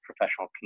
professional